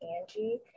Angie